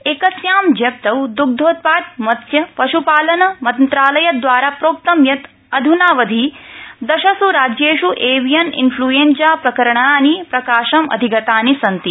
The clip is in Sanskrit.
एकस्यां ज़प्तौ दग्धोत्पाद मत्स्य पश्पालन मन्त्रालयदवारा प्रोक्तं यत् अध्नावधि दशस् राज्येष् एवियन् इन्फल्येंजा प्रकरणानि प्रकाशमधिगतानि सन्ति